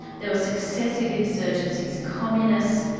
there were successive insurgencies, communists,